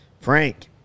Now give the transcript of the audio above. frank